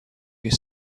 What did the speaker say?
your